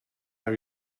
are